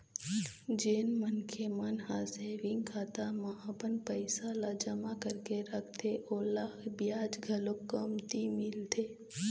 जेन मनखे मन ह सेविंग खाता म अपन पइसा ल जमा करके रखथे ओला बियाज घलोक कमती मिलथे